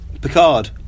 Picard